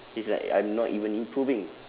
it's like I'm not even improving